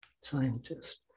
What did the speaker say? scientist